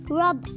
rub